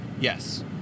Yes